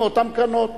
מאותן קרנות,